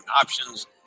options